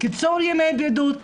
קיצור ימי הבידוד,